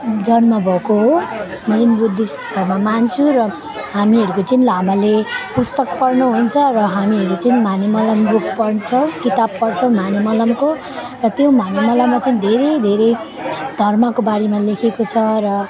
जन्म भएको हो म चाहिँ बुद्धिस्ट धर्म मान्छु र हामीहरूको चाहिँ लामाले पुस्तक पढ्नुहुन्छ र हामीहरू चाहिँ हामी मलाम बुक पढ्छौँ किताब पढ्छौँ हामी मलामको र त्यो हामी मलाममा चाहिँ धेरै धेरै धर्मको बारेमा लेखेको छ र